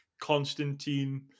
Constantine